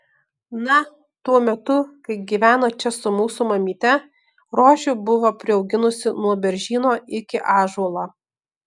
na tuo metu kai gyveno čia su mūsų mamyte rožių buvo priauginusi nuo beržyno iki ąžuolo